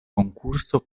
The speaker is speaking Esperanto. konkurso